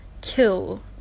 kill